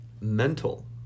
mental